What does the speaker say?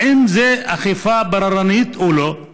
האם זה אכיפה בררנית או לא?